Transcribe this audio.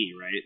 right